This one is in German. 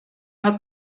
hat